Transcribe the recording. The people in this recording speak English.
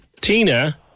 Tina